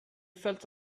felt